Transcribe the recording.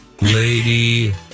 lady